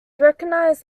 recognized